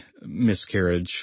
miscarriage